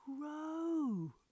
grow